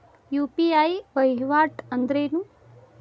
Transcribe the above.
UPI ವಹಿವಾಟ್ ಅಂದ್ರೇನು?